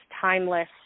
timeless